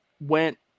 went –